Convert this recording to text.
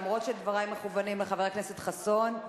אף שדברי מכוונים לחבר הכנסת חסון,